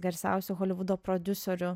garsiausių holivudo prodiuserių